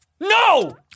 no